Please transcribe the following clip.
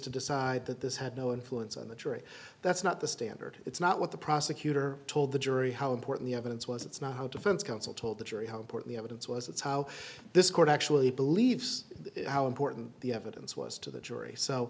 to decide that this had no influence on the jury that's not the standard it's not what the prosecutor told the jury how important the evidence was it's not how defense counsel told the jury how important evidence was it's how this court actually believes how important the evidence was to the jury